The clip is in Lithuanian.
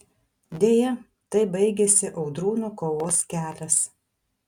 deja taip baigėsi audrūno kovos kelias